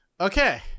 okay